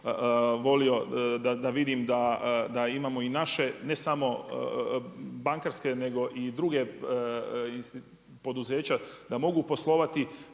volio da vidim da imamo i naše ne samo bankarske nego i druga poduzeća da mogu poslovati,